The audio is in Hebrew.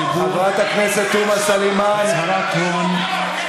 הכנסת ג'מאל זחאלקה יוצא מאולם המליאה.)